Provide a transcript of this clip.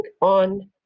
on